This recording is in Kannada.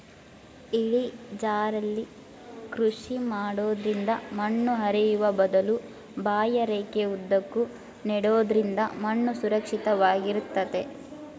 ಇಳಿಜಾರಲ್ಲಿ ಕೃಷಿ ಮಾಡೋದ್ರಿಂದ ಮಣ್ಣು ಹರಿಯುವ ಬದಲು ಬಾಹ್ಯರೇಖೆ ಉದ್ದಕ್ಕೂ ನೆಡೋದ್ರಿಂದ ಮಣ್ಣು ಸುರಕ್ಷಿತ ವಾಗಿರ್ತದೆ